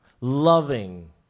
loving